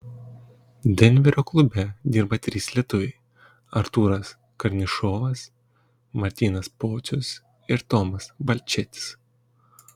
denverio klube dirba trys lietuviai artūras karnišovas martynas pocius ir tomas balčėtis